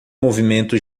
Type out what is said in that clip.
movimento